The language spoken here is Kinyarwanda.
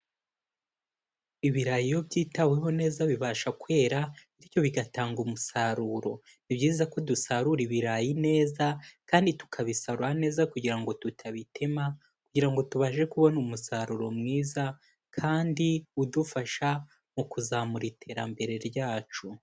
Ibirayi iyo byitaweho neza bibasha kwera bityo bigatanga umusaruro. Ni byiza ko dusarura ibirayi neza kandi tukabisarura neza kugira ngo tutabitema kugira ngo tubashe kubona umusaruro mwiza, kandi udufasha mu kuzamura iterambere ryacu.